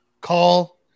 call